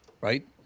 right